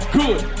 good